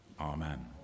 Amen